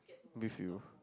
brief you